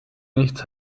nichts